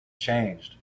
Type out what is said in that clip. changed